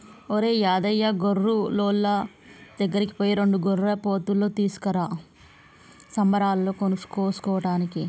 ఒరేయ్ యాదయ్య గొర్రులోళ్ళ దగ్గరికి పోయి రెండు గొర్రెపోతులు తీసుకురా సంబరాలలో కోసుకోటానికి